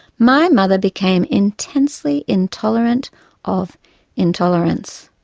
my mother became intensely intolerant of intolerance.